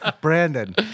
Brandon